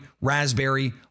raspberry